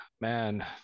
Man